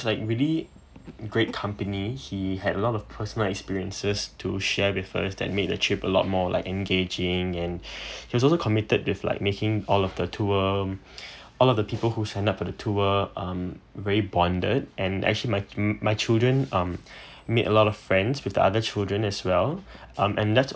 like really great company he had a lot of personal experiences to share with us that made the trip a lot more like engaging and he's also committed with like making all of the tour all of the people who sign up for the tour um very bonded and actually my my children um made a lot of friends with other children as well um and that's